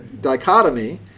dichotomy